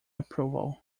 approval